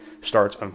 starts